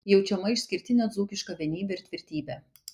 jaučiama išskirtinė dzūkiška vienybė ir tvirtybė